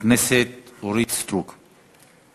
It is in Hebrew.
הכנסת אורית סטרוק.